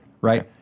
Right